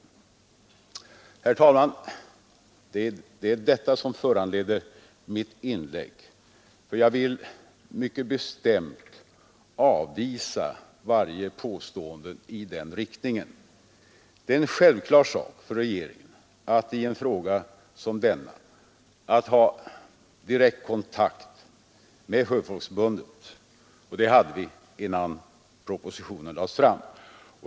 Det är detta, herr talman, som har föranlett mitt inlägg, för jag vill mycket bestämt avvisa varje påstående i den riktningen. Det är en självklar sak för regeringen att i en fråga som denna ha kontakt med Sjöfolksförbundet, och det hade vi innan propositionen lades fram.